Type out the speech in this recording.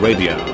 Radio